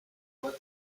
glad